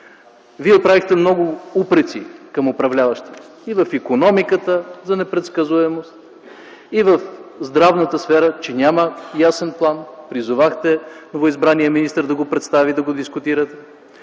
Вие отправихте много упреци към управляващите – и в икономиката за непредсказуемост, и в здравната сфера, че няма ясен план. Призовахте новоизбрания министър да го представи, да го дискутира.